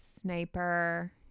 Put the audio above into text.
Sniper